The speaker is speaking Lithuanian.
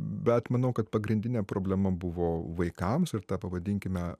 bet manau kad pagrindinė problema buvo vaikams ir ta pavadinkime